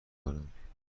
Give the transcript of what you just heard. کنم